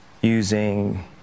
using